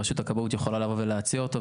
רשות הכבאות יכולה לבוא ולהציע כל תקן.